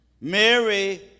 Mary